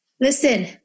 Listen